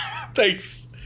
thanks